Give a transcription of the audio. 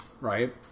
Right